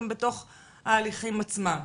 גם בתוך ההליכים עצמם.